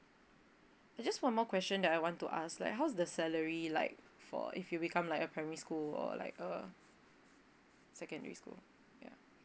there just one more question that I want to ask like how's the salary like for if you become like a primary school or like a secondary school ya